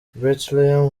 bethlehem